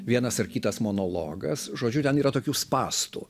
vienas ar kitas monologas žodžiu ten yra tokių spąstų